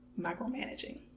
micromanaging